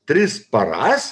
tris paras